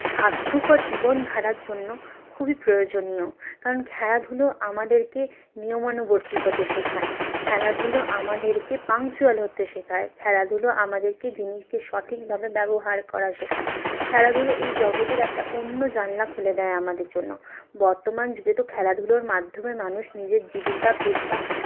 স্বাস্থ্যকর জীবনধারার জন্য খুবই প্রয়োজনীয় কারণ খেলাধুলো আমাদের কে নিয়মানুবর্তী হতে শেখায় খেলাধুলো আমাদের কে পাংচুয়াল হতে শেখায় খেলাধুলো আমাদের কে জিনিসকে সঠিকভাবে ব্যবহার করা শেখায় খেলাধুলো এই জগতের একটা অন্য জানলা খুলে দেয় আমাদের জন্য বর্তমান যুগে তো খেলাধুলোর মাধ্যমে মানুষ নিজের জীবিকা পেশা